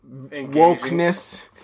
wokeness